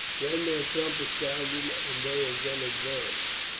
then their trumpets sounded and they again advanced,